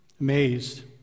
Amazed